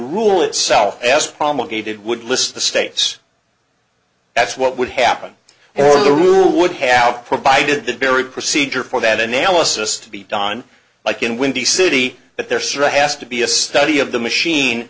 rule itself as promulgated would list the states that's what would happen or the rule would have provided the very procedure for that analysis to be done like in windy city that there survey has to be a study of the machine